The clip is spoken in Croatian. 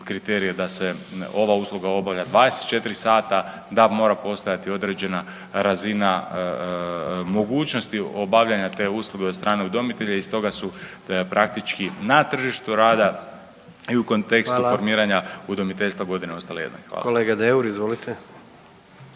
da se ova usluga obavlja 24 sata, da mora postojati određena razina mogućnosti obavljanja te usluge od strane udomitelja i stoga su praktički na tržištu rada i u kontekstu .../Upadica: Hvala./... formiranja udomiteljstva godine ostale jednake. Hvala. **Jandroković,